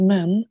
Men